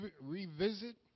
revisit